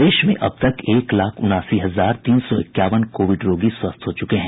प्रदेश में अब तक एक लाख उनासी हजार तीन सौ इक्यावन कोविड रोगी स्वस्थ हो चुके हैं